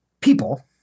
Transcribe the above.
people